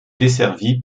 desservi